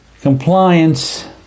Compliance